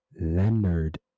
leonard